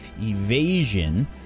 evasion